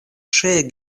ŝiaj